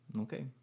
Okay